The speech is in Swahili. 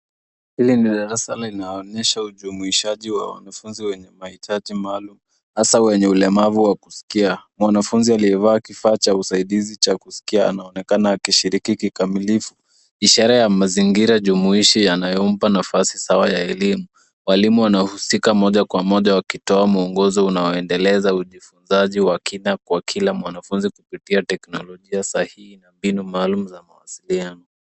Hili ni darasa linaonesha ujumuishaji wa wanafunzi wenye mahitaji maalum hasa wenye ulemavu wa kusikia. Mwanafunzi aliyevaa kifaa cha usaidizi cha kusikia anaonekana akishiriki kikamilifu, ishara ya mazingira jumuishi yanayompa nafasi sawa ya elimu. Walimu wanahusika moja kwa moja wakitoa mwongozo unaoendeleza ujifunzaji wa kina kwa kila mwanafunzi kupitia teknolojia sahihi na mbinu maalumu za mawasiliano.